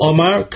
Omar